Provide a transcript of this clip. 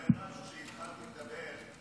אמרתי משהו לפני שהתחלתי לדבר,